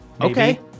Okay